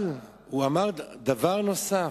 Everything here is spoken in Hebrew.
אבל הוא אמר דבר נוסף,